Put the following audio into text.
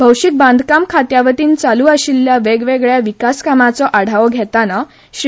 भौशीक बांदकाम खात्यावतीन चालू आशिल्ल्या वेगवेगळया विकास कामाचो आढावो घेताना श्री